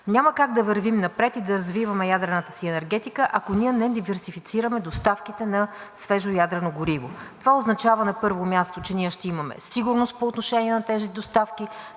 Няма как да вървим напред и да развиваме ядрената си енергетика, ако не диверсифицираме доставките на свежо ядрено гориво. Това означава, на първо място, че ние ще имаме сигурност по отношение на тези доставки,